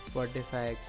Spotify